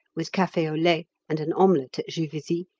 with cafe au lait and an omelette at juvisy,